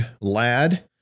lad